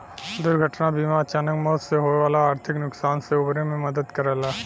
दुर्घटना बीमा अचानक मौत से होये वाले आर्थिक नुकसान से उबरे में मदद करला